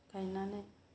गायनानै